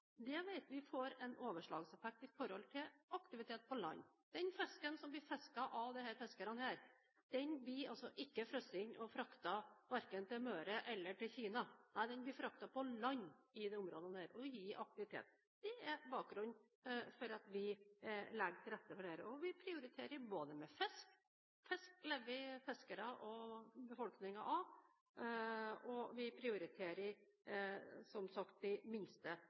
Det vet vi gir en overslagseffekt med hensyn til aktivitet på land. Den fisken som blir fisket av disse fiskerne, blir ikke frosset og fraktet til verken Møre eller Kina – nei, den blir fraktet i land i disse områdene og gir aktivitet. Det er bakgrunnen for at vi legger til rette for dette. Vi prioriterer både fisk – fisk lever fiskere og befolkningen for øvrig av – og, som sagt, de minste